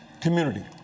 community